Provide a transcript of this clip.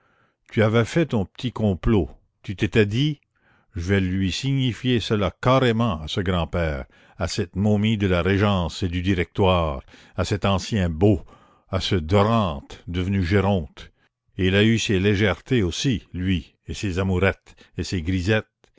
tu avais fait ton petit complot tu t'étais dit je vais lui signifier cela carrément à ce grand-père à cette momie de la régence et du directoire à cet ancien beau à ce dorante devenu géronte il a eu ses légèretés aussi lui et ses amourettes et ses grisettes